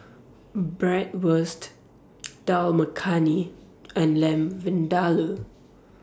Bratwurst Dal Makhani and Lamb Vindaloo